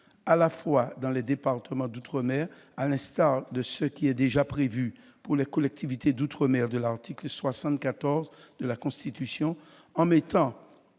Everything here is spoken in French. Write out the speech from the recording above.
sociaux dans les départements d'outre-mer jusqu'en 2025, à l'instar de ce qui est déjà prévu pour les collectivités d'outre-mer de l'article 74 de la Constitution, en fixant